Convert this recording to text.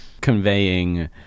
conveying